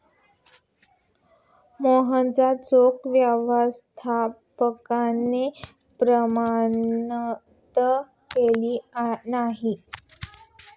मोहनचा चेक व्यवस्थापकाने प्रमाणित केला नाही